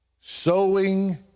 Sowing